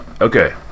okay